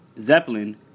Zeppelin